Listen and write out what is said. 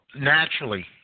naturally